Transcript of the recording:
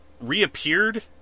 reappeared